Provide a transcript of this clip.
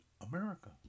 America